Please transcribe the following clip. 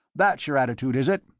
that's your attitude, is it?